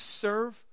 serve